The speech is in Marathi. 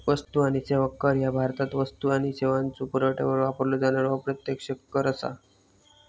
वस्तू आणि सेवा कर ह्या भारतात वस्तू आणि सेवांच्यो पुरवठ्यावर वापरलो जाणारो अप्रत्यक्ष कर असा